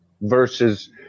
versus